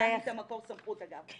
זה מה שנתן לי את המקור סמכות, אגב.